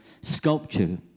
sculpture